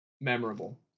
memorable